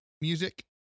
music